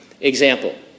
Example